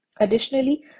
Additionally